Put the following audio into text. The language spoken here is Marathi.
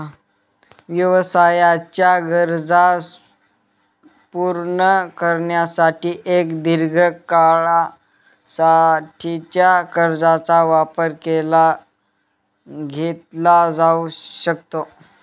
व्यवसायाच्या गरजा पूर्ण करण्यासाठी एक दीर्घ काळा साठीच्या कर्जाचा वापर केला घेतला जाऊ शकतो